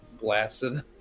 blasted